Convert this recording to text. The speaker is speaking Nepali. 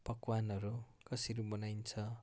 पकवानहरू कसरी बनाइन्छ